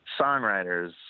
songwriters